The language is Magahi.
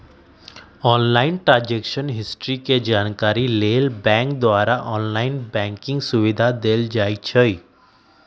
ऑनलाइन ट्रांजैक्शन हिस्ट्री के जानकारी लेल बैंक द्वारा ऑनलाइन बैंकिंग सुविधा देल जाइ छइ